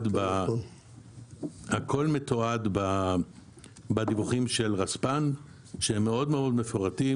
הכול מתועד בדיווחים של רספ"ן שהם מאוד מפורטים,